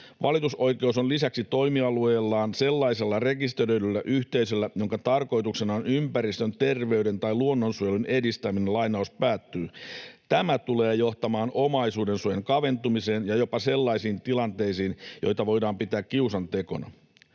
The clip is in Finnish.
”Valitusoikeus olisi lisäksi toimialueellaan sellaisella rekisteröidyllä yhteisöllä, jonka tarkoituksena on ympäristön‑, terveyden‑ ja luonnonsuojelun edistäminen.” Tämä tulee johtamaan omaisuudensuojan kaventumiseen ja jopa sellaisiin tilanteisiin, joita voidaan pitää kiusantekona.